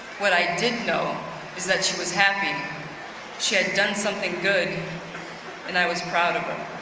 what i did know is that she was happy she had done something good and i was proud of her.